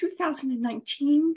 2019